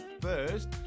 first